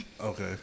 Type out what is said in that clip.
Okay